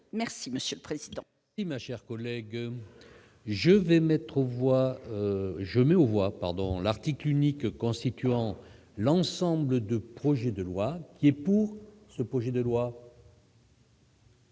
? Oui, monsieur le président.